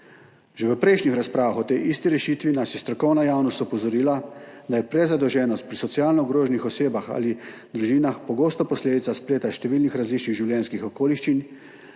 Že v prejšnjih razpravah o tej isti rešitvi nas je strokovna javnost opozorila, da je prezadolženost pri socialno ogroženih osebah ali družinah pogosto posledica spleta številnih različnih življenjskih okoliščin,